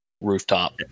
rooftop